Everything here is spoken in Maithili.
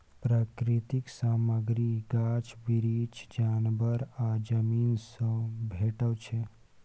प्राकृतिक सामग्री गाछ बिरीछ, जानबर आ जमीन सँ भेटै छै